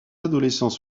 adolescents